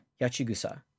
Yachigusa